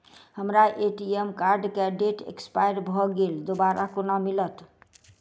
हम्मर ATM card केँ date expire भऽ गेल दोबारा कोना मिलत?